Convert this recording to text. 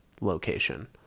location